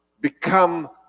become